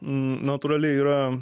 natūraliai yra